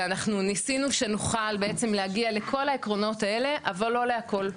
ואנחנו ניסינו שנוכל בעצם להגיע לכל העקרונות האלה אבל לא להכל,